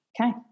Okay